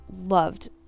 loved